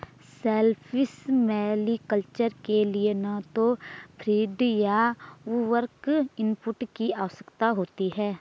shellfish mariculture के लिए न तो फ़ीड या उर्वरक इनपुट की आवश्यकता होती है